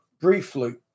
briefly